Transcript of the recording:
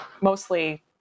mostly